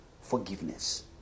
forgiveness